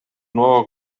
nuova